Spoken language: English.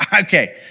okay